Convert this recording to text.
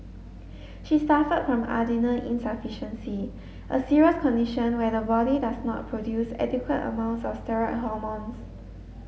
she suffered from adrenal insufficiency a serious condition where the body does not produce adequate amounts of steroid hormones